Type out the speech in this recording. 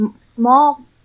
small